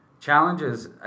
Challenges